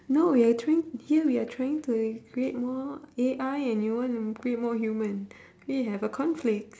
no we're trying here we are trying to create more A_I and you want to create more human we have a conflict